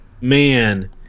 Man